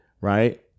right